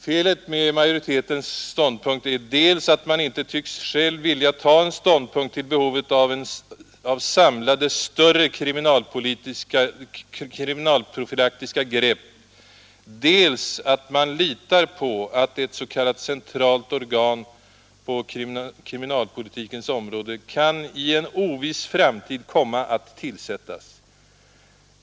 Felet med majoritetens ståndpunkt är dels att man inte själv tycks vilja ta en ståndpunkt till behovet av samlade större kriminalprofylaktiska grepp, dels att man litar på att ett s.k. centralt organ på kriminalpolitikens område i en oviss framtid kan komma att tillsättas.